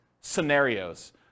scenarios